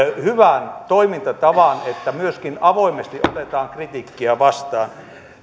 hyvän toimintatavan että myöskin avoimesti otetaan kritiikkiä vastaan